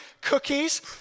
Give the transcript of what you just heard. cookies